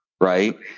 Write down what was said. right